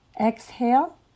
exhale